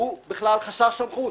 הוא בכלל חסר סמכות.